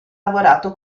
lavorato